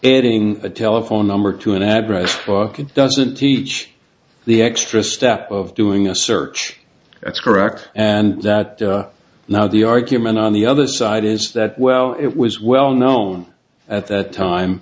it ing a telephone number to an address doesn't teach the extra step of doing a search that's correct and that now the argument on the other side is that well it was well known at that time